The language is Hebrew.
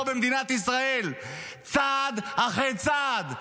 פה במדינת ישראל צעד אחרי צעד.